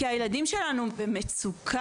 כי הילדים שלנו במצוקה,